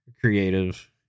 creative